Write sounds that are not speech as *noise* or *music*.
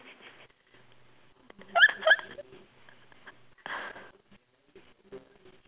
*laughs*